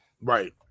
right